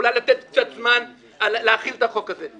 אולי לתת קצת זמן להחיל את החוק הזה.